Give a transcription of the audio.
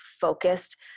focused